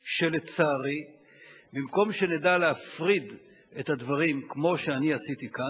שלצערי במקום שנדע להפריד את הדברים כמו שאני עשיתי כאן,